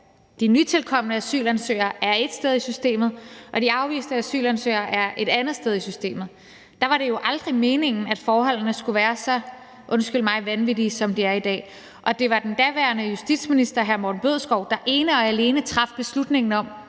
de nytilkomne asylansøgere er ét sted i systemet og de afviste asylansøgere er et andet sted i systemet, var det jo aldrig meningen, at forholdene skulle være så – undskyld mig – vanvittige, som de er i dag, og det var den daværende justitsminister, hr. Morten Bødskov, der ene og alene traf beslutningen om,